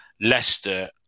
Leicester